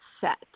set